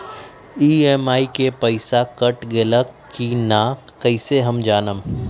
EMI के पईसा cut गेलक कि ना कइसे हम जानब?